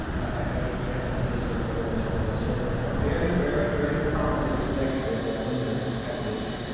i i have a funny story, but i won't tell the whole story. but a very, very, very prominent executive at one of your competitors